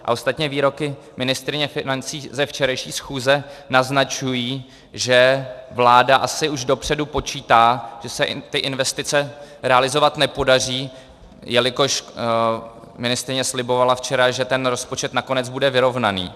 A ostatně výroky ministryně financí ze včerejší schůze naznačují, že vláda asi už dopředu počítá, že se ty investice realizovat nepodaří, jelikož ministryně slibovala včera, že rozpočet nakonec bude vyrovnaný.